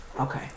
okay